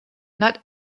not